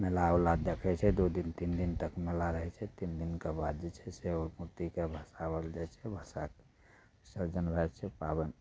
मेला उला देखय छै दू दिन तीन दिन तक मेला रहय छै तीन दिनके बाद जे छै से ओ मूर्तिके भसाओल जाइ छै भसाकऽ एक दिन राति कऽ पाबनि